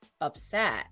upset